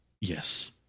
yes